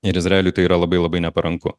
ir izraeliui tai yra labai labai neparanku